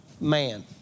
man